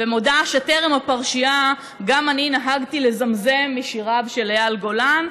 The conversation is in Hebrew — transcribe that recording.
ואני מודה שטרם הפרשייה גם אני נהגתי לזמזם משיריו של אייל גולן,